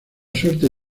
suerte